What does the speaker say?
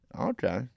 Okay